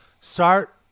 start